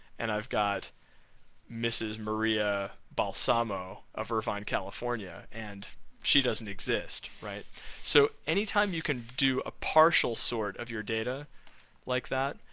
and i've got mrs. maria balsamo of irvine california, and she doesn't exist. so anytime you can do a partial sort of your data like that,